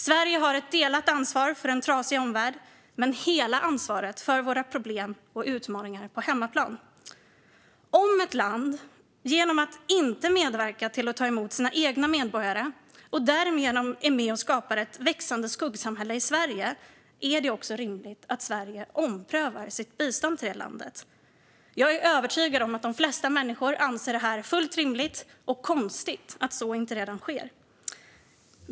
Sverige har ett delat ansvar för en trasig omvärld men hela ansvaret för våra problem och utmaningar på hemmaplan. Om ett land, genom att inte medverka till att ta emot sina egna medborgare, är med och skapar ett växande skuggsamhälle i Sverige är det rimligt att Sverige omprövar sitt bistånd till det landet. Jag är övertygad om att de flesta människor anser att det är fullt rimligt och att det är konstigt att det inte redan sker.